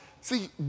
see